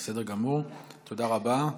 בסדר גמור, תודה רבה.